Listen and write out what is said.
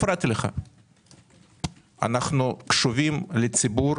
אנחנו קשובים לציבור.